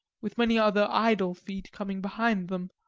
with many other idle feet coming behind them.